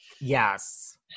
Yes